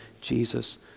Jesus